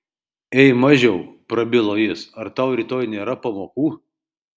ei mažiau prabilo jis ar tau rytoj nėra pamokų